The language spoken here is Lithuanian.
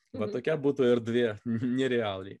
va tokia būtų erdvė nerealiai